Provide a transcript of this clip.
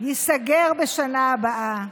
ייסגר בשנה הבאה,